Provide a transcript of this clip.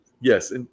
Yes